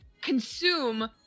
consume